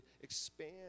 expand